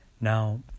Now